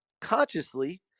consciously